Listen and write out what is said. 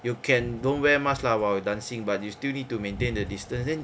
you can don't wear mask lah while dancing but you still need to maintain the distance then